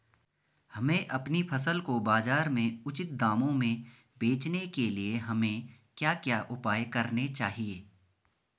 हमें अपनी फसल को बाज़ार में उचित दामों में बेचने के लिए हमें क्या क्या उपाय करने चाहिए?